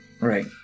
Right